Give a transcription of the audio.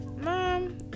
mom